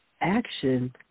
action